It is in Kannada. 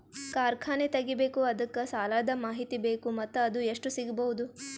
ಕಾರ್ಖಾನೆ ತಗಿಬೇಕು ಅದಕ್ಕ ಸಾಲಾದ ಮಾಹಿತಿ ಬೇಕು ಮತ್ತ ಅದು ಎಷ್ಟು ಸಿಗಬಹುದು?